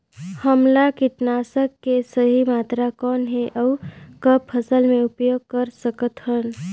हमला कीटनाशक के सही मात्रा कौन हे अउ कब फसल मे उपयोग कर सकत हन?